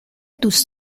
دوست